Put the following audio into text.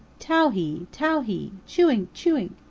towhee! towhee! chewink! chewink!